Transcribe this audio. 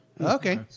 Okay